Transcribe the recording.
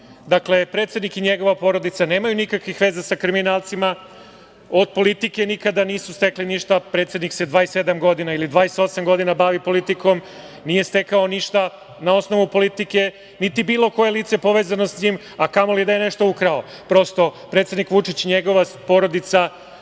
predsednik i njegova porodica nemaju nikakvih veza sa kriminalcima, od politike nikada nisu stekli ništa. Predsednik se 27 ili 28 godina bavi politikom i nije stekao ništa na osnovu politike, niti bilo koje lice povezano s njim, a kamoli da je nešto ukrao. Prosto, predsednik Vučić i njegova porodica su